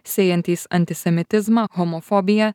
sėjantys antisemitizmą homofobiją